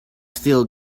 still